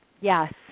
Yes